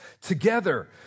Together